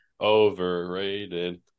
Overrated